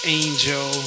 angel